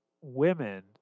women